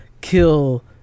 kill